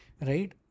Right